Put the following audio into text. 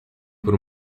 por